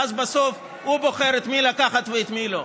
ואז בסוף הוא בוחר את מי לקחת ואת מי לא.